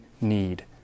need